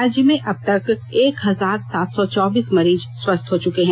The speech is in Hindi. राज्य में अब तक एक हजार सात सौ चौबीस मरीज स्वस्थ हो चुके हैं